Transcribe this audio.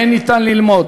שמהן ניתן ללמוד